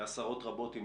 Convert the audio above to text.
מעשרות רבות של דיונים,